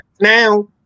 Now